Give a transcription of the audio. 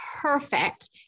perfect